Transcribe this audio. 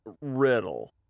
Riddle